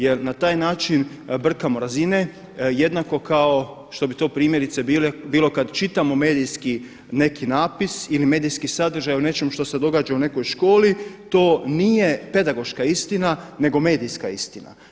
Jer na taj način brkamo razine jednako kako što bi to primjerice bilo kada čitamo medijski neki napis ili medijski sadržaj o nečem što se događa u nekoj školi to nije pedagoška istina, nego medijska istina.